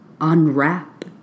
unwrap